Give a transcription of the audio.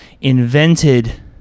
invented